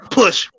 push